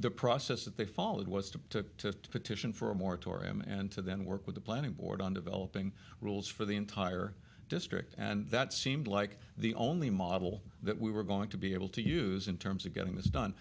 the process that they followed was to petition for a moratorium and to then work with the planning board on developing rules for the entire district and that seemed like the only model that we were going to be able to use in terms of getting this done